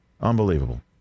Unbelievable